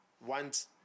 want